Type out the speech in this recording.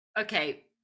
Okay